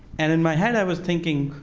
and in my head i was thinking,